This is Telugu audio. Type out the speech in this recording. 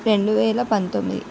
రెండు వేల పంతొమ్మిది